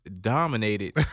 dominated